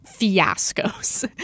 fiascos